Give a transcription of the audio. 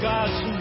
God's